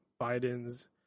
Biden's